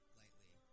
lightly